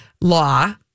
law